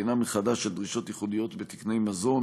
בחינה מחדש של דרישות ייחודיות בתקני מזון